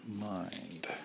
Mind